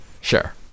sure